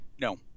No